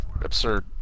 absurd